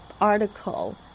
article